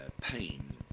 pain